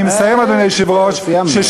אני מסיים, אדוני היושב-ראש, סיימנו.